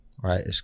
right